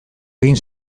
egin